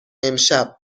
امشب